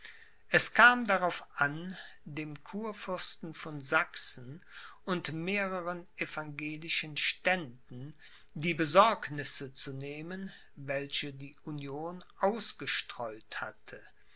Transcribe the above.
es kam darauf an dem kurfürsten von sachsen und mehreren evangelischen ständen die besorgnisse zu benehmen welche die union ausgestreut hatte